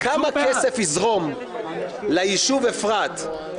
כמה כסף יזרום ליישוב אפרת,